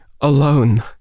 alone